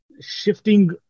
shifting